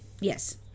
Yes